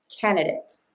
candidate